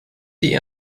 die